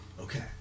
Okay